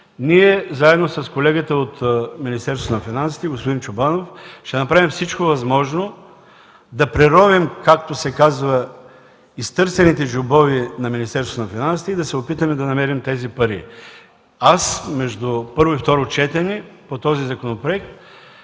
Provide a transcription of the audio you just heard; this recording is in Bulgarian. ние заедно с колегата от Министерството на финансите господин Чобанов ще направим всичко възможно да преровим, както се казва, изтърсените джобове на Министерството на финансите и да се опитаме да намерим тези пари. Между първо и второ четене на този законопроект